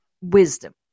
wisdom